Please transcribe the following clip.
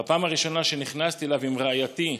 בפעם הראשונה שנכנסתי אליו עם רעייתי,